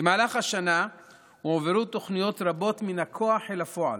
במהלך השנה הועברו תוכניות רבות מן הכוח אל הפועל: